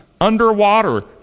underwater